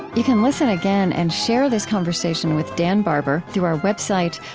you can listen again and share this conversation with dan barber through our website,